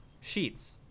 Sheets